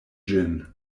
ĝin